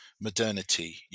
modernity